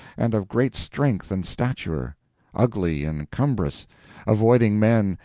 and of great strength and stature ugly and cumbrous avoiding men,